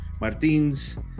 Martin's